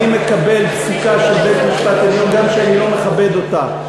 אני מקבל פסיקה של בית-משפט עליון גם כשאני לא מכבד אותה.